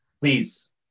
please